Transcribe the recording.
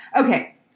Okay